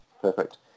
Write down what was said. perfect